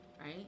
right